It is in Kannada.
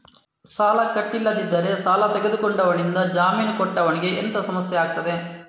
ಸಾಲ ಕಟ್ಟಿಲ್ಲದಿದ್ದರೆ ಸಾಲ ತೆಗೆದುಕೊಂಡವನಿಂದ ಜಾಮೀನು ಕೊಟ್ಟವನಿಗೆ ಎಂತ ಸಮಸ್ಯೆ ಆಗ್ತದೆ?